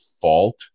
fault